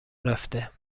رفته